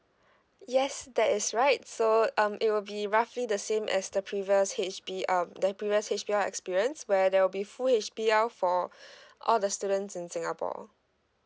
yes that is right so um it will be roughly the same as the previous H_B um the previous H_B_L experience where there will be full H_B_L for all the students in singapore